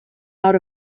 out